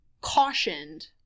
cautioned